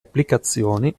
applicazioni